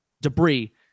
debris